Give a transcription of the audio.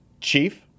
chief